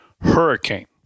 Hurricane